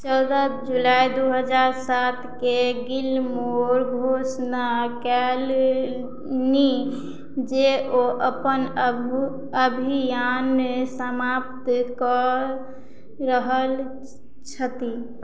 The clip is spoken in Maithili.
चौदह जुलाई दू हजार सातकेँ गिलमोर घोषणा कयलनि जे ओ अपन अभि अभियान समाप्त कऽ रहल छथि